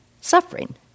suffering